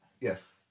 Yes